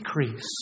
decrease